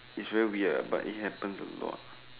is very weird lah but it happens a lot